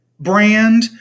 brand